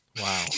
Wow